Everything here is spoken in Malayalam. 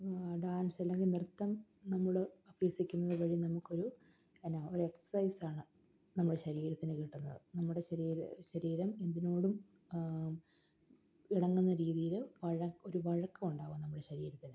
ഡാൻസ് അല്ലെങ്കിൽ നൃത്തം നമ്മൾ അഭ്യസിക്കുന്നതുവഴി നമുക്കൊരു എന്നാ ഒരു എക്സൈസാണ് നമ്മുടെ ശരീരത്തിന് കിട്ടുന്നത് നമ്മുടെ ശരീരം ശരീരം എന്തിനോടും ഇണങ്ങുന്ന രീതിയിൽ ഒരു വഴക്കം ഉണ്ടാവും നമ്മുടെ ശരീരത്തിന്